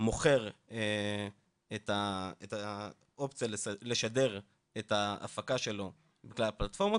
מוכר את האופציה לשדר את ההפקה שלו בכלל הפלטפורמות,